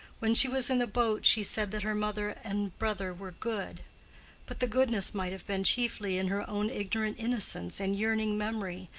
when she was in the boat she said that her mother and brother were good but the goodness might have been chiefly in her own ignorant innocence and yearning memory,